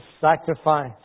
sacrifice